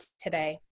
today